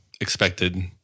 expected